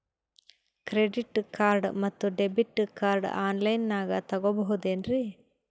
Credit card ಮತ್ತು debit card ಆನ್ ಲೈನಾಗ್ ತಗೋಬಹುದೇನ್ರಿ?